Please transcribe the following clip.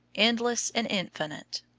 endless and infinite.